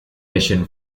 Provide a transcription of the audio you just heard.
mission